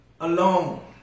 alone